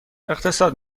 اقتصاد